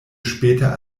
später